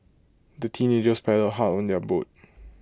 the teenagers paddled hard on their boat